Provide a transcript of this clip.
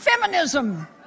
feminism